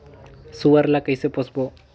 सुअर ला कइसे पोसबो?